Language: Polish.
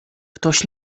ktoś